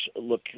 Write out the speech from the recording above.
look